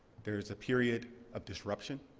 there is a period of disruption,